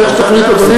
איך שתחליט, אדוני.